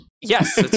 yes